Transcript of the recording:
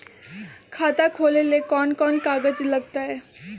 खाता खोले ले कौन कौन कागज लगतै?